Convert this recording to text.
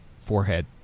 forehead